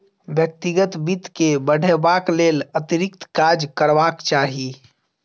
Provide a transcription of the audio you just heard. व्यक्तिगत वित्त के बढ़यबाक लेल अतिरिक्त काज करबाक चाही